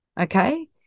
Okay